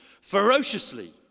Ferociously